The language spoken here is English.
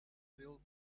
filled